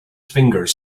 fingers